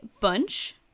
Bunch